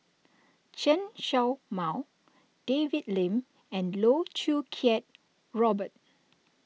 Chen Show Mao David Lim and Loh Choo Kiat Robert